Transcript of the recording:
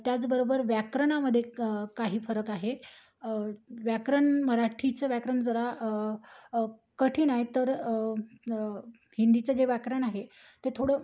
त्याचबरोबर व्याकरणामध्ये काही फरक आहे व्याकरण मराठीचं व्याकरण जरा कठीण आहे तर हिंदीचं जे व्याकरण आहे ते थोडं